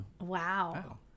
Wow